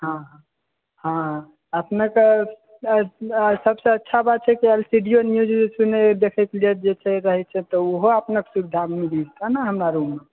हॅं हॅं अपने के सब सॅं अच्छा बात छै से अभी सीडियो मिल जेतै देखै छियै जे रहै छै तऽ ओहो अपने सुविधा मिलि जेतै ओना हमरा